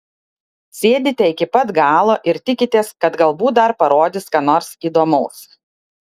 sėdite iki pat galo ir tikitės kad galbūt dar parodys ką nors įdomaus